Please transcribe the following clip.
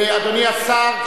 אדוני השר,